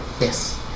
Yes